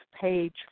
page